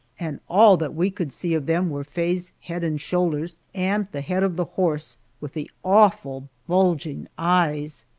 and all that we could see of them were faye's head and shoulders and the head of the horse with the awful bulging eyes!